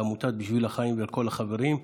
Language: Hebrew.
ולעמותת בשביל החיים ולכל החברים,